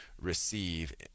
receive